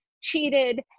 cheated